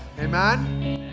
Amen